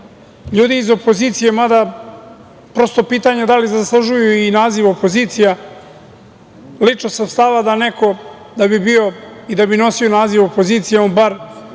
ljudi iz opozicije… Mada, prosto je i pitanje da li zaslužuju i naziv opozicija. Lično sam stava da neko da bi bio i da bi nosio naziv opozicije on bar